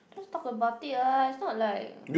just talk about it lah it's not like